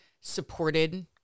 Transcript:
supported